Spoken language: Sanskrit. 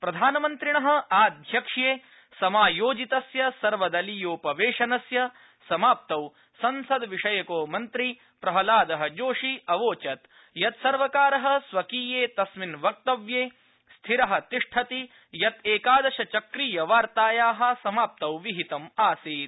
प्रधानमन्त्रिण आध्यक्ष्ये समायोजितस्य सर्वदलीयोपवेशनस्य समाप्तौ संसद्रिषयको मन्त्री प्रहलादजोशी अवोचत् यत् सर्वकार स्वकीये तस्मिन् वक्तव्ये स्थिर तिष्ठति यत् एकादशचक्रीय वार्ताया समाप्तौ विहितम आसीत